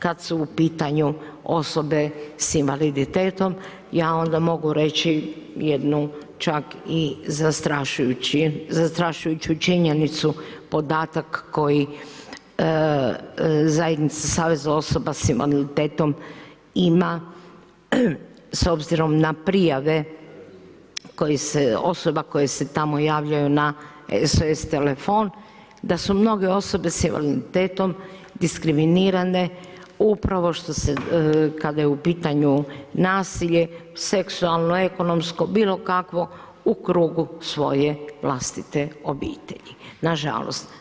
Kad su u pitanju osobe s invaliditetom ja onda mogu reći jednu čak i zastrašujući činjenicu, podatak koji zajednica Saveza osoba s invaliditetom ima s obzirom na prijave osoba koje se tamo javljaju na SOS telefon, da su mnoge osobe s invaliditetom diskriminirano upravo što se kada je u pitanju nasilje, seksualno, ekonomsko, bilo kakvo, u krugu svoje vlastiti obitelji, nažalost.